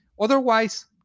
Otherwise